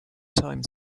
time